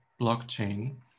blockchain